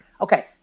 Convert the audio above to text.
Okay